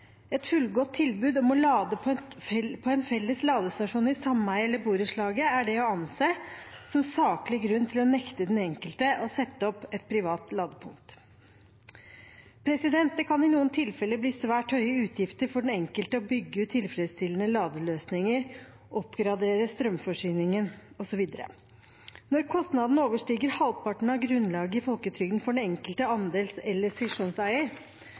et rimelig tidsrom blir planlagt for, et fullgodt tilbud om å lade på en felles ladestasjon i sameiet eller borettslaget, er det å anse som saklig grunn til å nekte den enkelte å sette opp et privat ladepunkt. Det kan i noen tilfeller bli svært høye utgifter for den enkelte å bygge ut tilfredsstillende ladeløsninger, oppgradere strømforsyningen osv. Når kostnadene overstiger halvparten av grunnbeløpet i folketrygden for den enkelte andels- eller